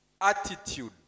Attitude